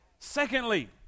Secondly